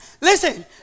Listen